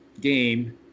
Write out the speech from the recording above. game